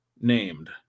named